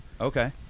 Okay